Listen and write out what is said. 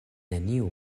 neniu